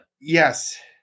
Yes